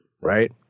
Right